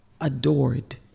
adored